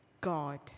God